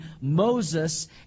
Moses